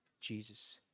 Jesus